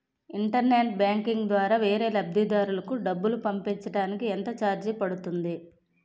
Internet banking ద్వారా వేరే లబ్ధిదారులకు డబ్బులు పంపించటానికి ఎంత ఛార్జ్ పడుతుంది?